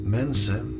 mensen